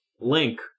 link